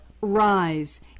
Rise